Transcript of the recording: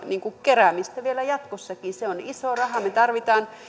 keräämistä vielä jatkossakin se on iso raha ja me tarvitsemme